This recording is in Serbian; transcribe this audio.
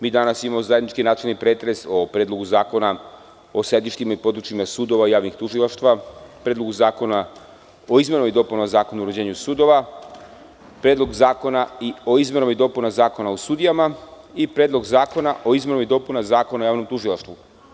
Mi danas imamo zajednički načelni pretres o Predlogu zakona o sedištima i područjima sudova i javnih tužilaštava, Predlogu zakona o izmenama i dopunama Zakona o uređenju sudova, Predlogu zakona o izmenama i dopunama Zakona o sudijama i Predlogu zakona o izmenama i dopunama Zakona o javnom tužilaštvu.